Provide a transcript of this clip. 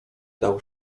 dał